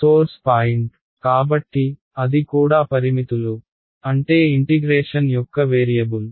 source point కాబట్టి అది కూడా పరిమితులు అంటే ఇంటిగ్రేషన్ యొక్క వేరియబుల్